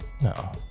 No